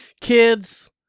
Kids